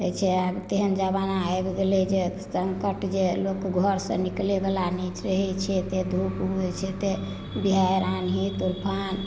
देखैत छियै आब तेहन जमाना आबि गेलै जे सङ्कट जे लोक घरसँ निकलैवला नहि रहैत छै एतेक धूप रहैत छै एतेक बिहारि आन्धी तूफान